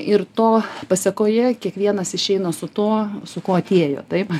ir to pasekoje kiekvienas išeina su tuo su kuo atėjo taip